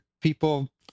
people